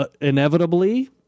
Inevitably